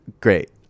Great